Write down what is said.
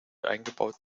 eingebaut